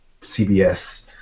CBS